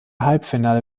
halbfinale